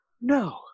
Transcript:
No